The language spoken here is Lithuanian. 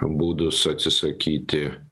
būdus atsisakyti